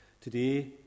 Today